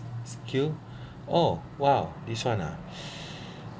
skill oh !wow! this one ah